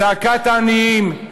זעקת העניים,